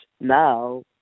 now